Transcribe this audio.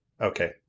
Okay